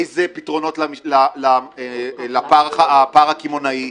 איזה פתרונות לפער הקמעונאי,